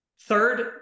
Third